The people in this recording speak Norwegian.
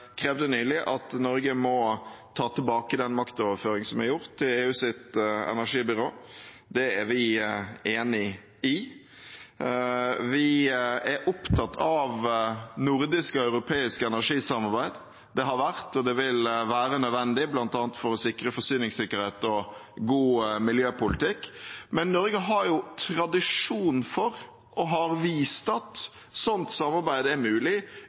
krevde nylig at Norge må ta tilbake maktoverføringen til EUs energibyrå, det er vi enig i. Vi er opptatt av nordisk og europeisk energisamarbeid, det har vært og vil være nødvendig bl.a. for å sikre forsyningssikkerhet og god miljøpolitikk. Men Norge har jo tradisjon for, og har vist, at et sånt samarbeid er mulig